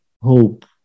hope